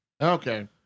okay